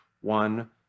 one